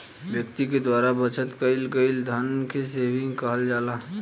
व्यक्ति के द्वारा बचत कईल गईल धन के सेविंग कहल जाला